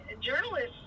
journalists